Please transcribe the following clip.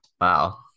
Wow